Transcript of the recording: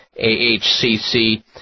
AHCC